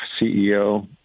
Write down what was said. CEO